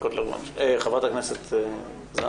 רק להתחבר לפתיח של דבריך,